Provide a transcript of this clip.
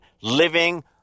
living